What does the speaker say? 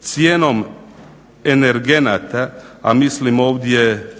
Cijenom energenata, a mislim ovdje